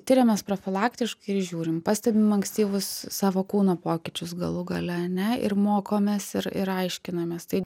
tiriam mes profilaktiškai ir žiūrim pastebim ankstyvus savo kūno pokyčius galų gale ane ir mokomės ir ir aiškinamės tai